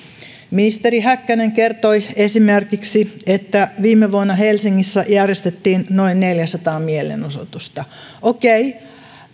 ministeri häkkänen kertoi esimerkiksi että viime vuonna helsingissä järjestettiin noin neljäsataa mielenosoitusta okei